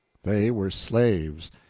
they were slaves.